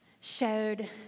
showed